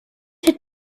had